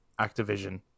Activision